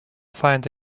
find